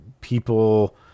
people